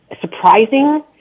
surprising